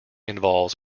involves